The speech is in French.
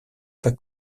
pas